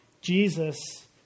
Jesus